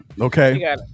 Okay